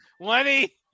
Lenny